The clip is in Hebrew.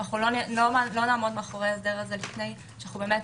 לא נעמוד מאחורי ההסדר הזה לפני שנדע